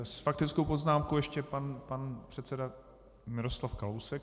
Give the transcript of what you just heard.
S faktickou poznámkou ještě pan předseda Miroslav Kalousek.